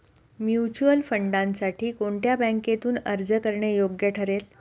Mutual फंडांसाठी कोणत्या बँकेतून अर्ज करणे योग्य ठरेल?